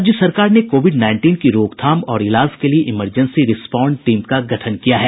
राज्य सरकार ने कोविड नाईनटीन की रोकथाम और इलाज के लिए इमरजेंसी रिस्पांड टीम का गठन किया है